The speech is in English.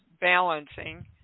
balancing